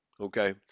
Okay